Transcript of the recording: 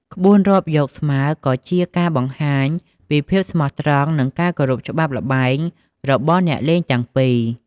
ក្បួនរាប់យកស្មើក៏ជាការបង្ហាញពីភាពស្មោះត្រង់ និងការគោរពច្បាប់ល្បែងរបស់អ្នកលេងទាំងពីរ។